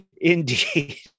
Indeed